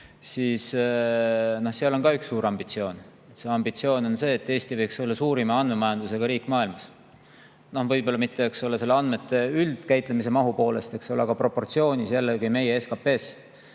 Seal on ka üks suur ambitsioon. See ambitsioon on see, et Eesti võiks olla suurima andmemajandusega riik maailmas. Võib-olla mitte andmete üldkäitlemise mahu poolest, eks ole, aga proportsioonis meie SKP‑ga.